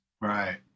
Right